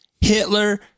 Hitler